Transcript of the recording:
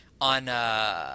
on, –